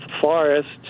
forests